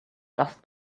just